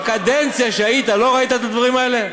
בקדנציה שהיית לא ראית את הדברים האלה?